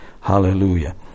Hallelujah